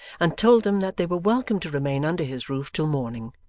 and told them that they were welcome to remain under his roof till morning.